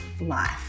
life